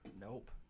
Nope